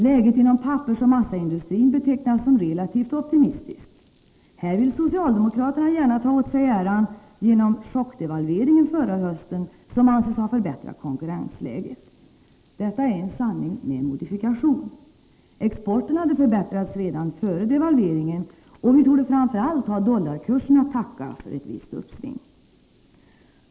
Läget inom pappersoch massaindustrin betecknas som relativt optimistiskt. Här vill socialdemokraterna gärna ta åt sig äran genom chockdevalveringen förra hösten, som anses ha förbättrat konkurrensläget. Detta är en sanning med modifikation. Exporten hade förbättrats redan före devalveringen, och vi torde framför allt ha dollarkursen att tacka för ett visst uppsving.